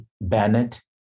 Bennett